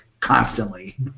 constantly